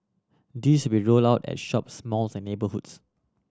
these be rolled out at shops malls and neighbourhoods